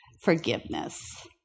forgiveness